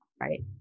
right